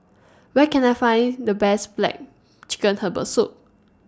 Where Can I Find The Best Black Chicken Herbal Soup